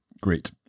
Great